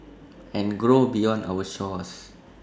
and grow beyond our shores